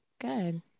good